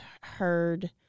heard